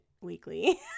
Weekly